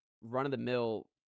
run-of-the-mill